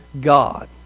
God